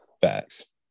Facts